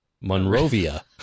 Monrovia